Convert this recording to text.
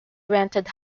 rented